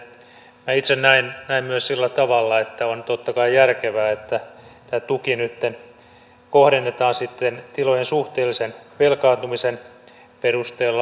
minä itse näen myös sillä tavalla että on totta kai järkevää että tämä tuki nytten kohdennetaan sitten tilojen suhteellisen velkaantumisen perusteella